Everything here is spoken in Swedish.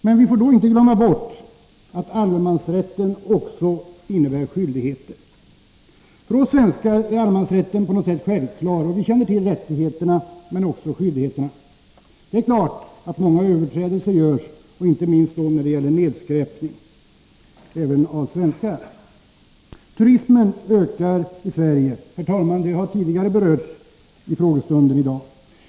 Men vi får då inte glömma bort att allemansrätten också innebär skyldigheter. För oss svenskar är allemansrätten på något sätt självklar, och vi känner till rättigheterna men också skyldigheterna. Det är klart att många överträdelser görs, inte minst när det gäller nedskräpning, även av svenskar. Turismen ökar i Sverige. Det har tidigare berörts i denna frågestund i dag.